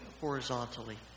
horizontally